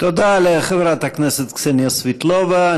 תודה לחברת הכנסת קסניה סבטלובה.